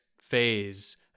phase